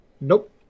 Nope